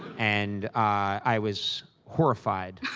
and i was horrified.